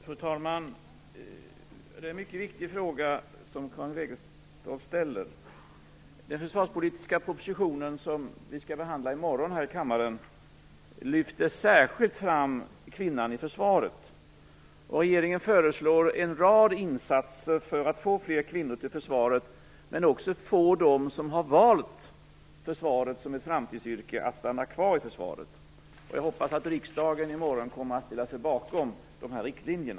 Fru talman! Det är en mycket viktig fråga som Karin Wegestål ställer. I den försvarspolitiska proposition som vi i morgon skall behandla här i kammaren lyfter vi särskilt fram kvinnan i försvaret. Regeringen föreslår en rad insatser för att få fler kvinnor till försvaret men också för att få dem som har valt försvarsarbete som ett framtidsyrke att stanna kvar i försvaret. Jag hoppas att riksdagen i morgon kommer att ställa sig bakom de här riktlinjerna.